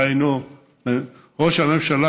דהיינו ראש הממשלה,